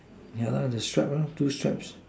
yeah the stripe two stripes